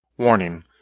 Warning